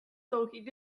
though